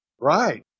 Right